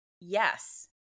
yes